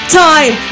time